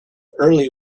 early